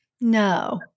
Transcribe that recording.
No